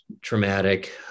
traumatic